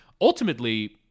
ultimately